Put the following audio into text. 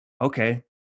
Okay